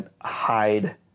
hide